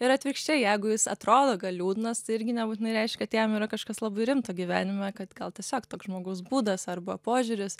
ir atvirkščiai jeigu jis atrodo gan liūdnas tai irgi nebūtinai reiškia kad jam yra kažkas labai rimto gyvenime kad gal tiesiog toks žmogaus būdas arba požiūris